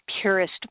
purest